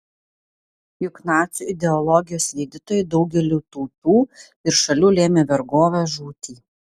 juk nacių ideologijos vykdytojai daugeliui tautų ir šalių lėmė vergovę žūtį